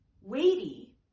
weighty